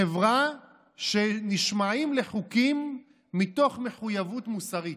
חברה שנשמעת לחוקים מתוך מחויבות מוסרית.